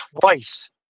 twice